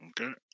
Okay